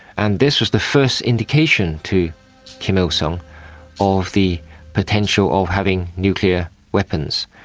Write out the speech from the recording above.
and this was the first indication to kim il-sung of the potential of having nuclear weapons.